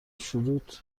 شروط